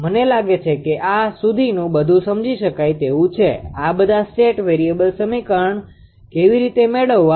મને લાગે છે કે આ સુધીનું બધું સમજી શકાય તેવું છે કે બધા સ્ટેટ વેરીએબલ સમીકરણ કેવી રીતે મેળવવા